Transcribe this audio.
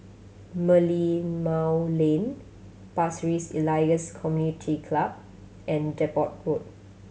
Merlimau Lane Pasir Ris Elias Community Club and Depot Road